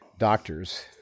doctors